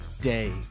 day